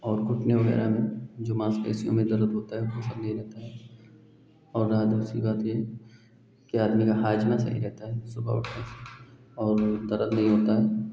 और घुटने वगैरह में जो मांसपेसियों में दर्द होता है वह सब नहीं रहता है और रहा दूसरी बात यह कि आदमी का हाजमा सही रहता है सुबह उठने से और दर्द नहीं होता है